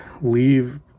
leave